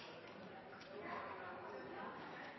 stoler